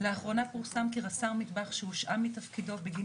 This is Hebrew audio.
לאחרונה פורסם כי רס"ר מטבח שהושעה מתפקידו בגין